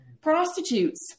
prostitutes